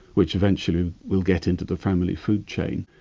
which eventually will get into the family food chain.